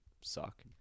suck